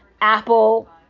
Apple